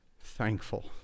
thankful